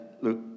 Luke